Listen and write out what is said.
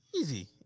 Easy